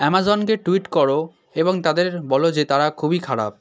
অ্যামাজনকে tweet করো এবং তাদের বলো যে তারা খুবই খারাপ